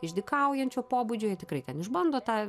išdykaujančio pobūdžio jie tikrai ten išbando tą